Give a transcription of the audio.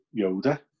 Yoda